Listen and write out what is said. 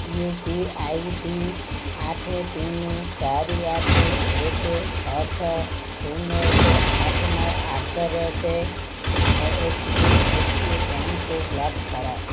you P I I D ଆଠ ତିନି ଚାରି ଆଠ ଏକ ଛଅ ଛଅ ଶୂନ ଏକ ଆଠ ନଅ at the rate H D F C ବ୍ୟାଙ୍କକୁ ବ୍ଲକ୍ କର